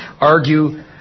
argue